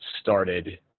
started